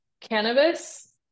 Cannabis